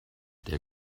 der